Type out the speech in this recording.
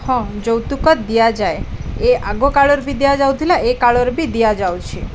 ହଁ ଯୌତୁକ ଦିଆଯାଏ ଏ ଆଗକାଳରେ ବି ଦିଆଯାଉଥିଲା ଏ କାଳର ବି ଦିଆଯାଉଛି